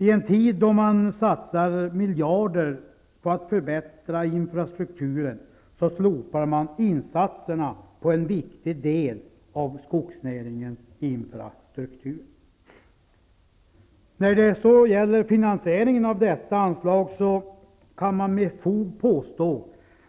I en tid då man satsar miljarder på att förbättra infrastrukturen slopar man insatserna på en viktig del av skogsnäringens infrastruktur. När det så gäller finansieringen av detta anslag kan man med fog påstå